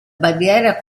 barriera